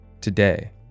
today